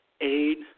aid